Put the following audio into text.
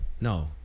no